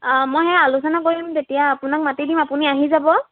অঁ মই সেই আলোচনা কৰিম তেতিয়া আপোনাক মাতি দিম আপুনি আহি যাব